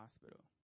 hospital